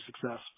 success